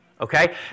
okay